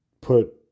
put